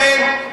חבר הכנסת,